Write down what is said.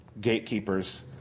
gatekeepers